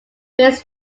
bass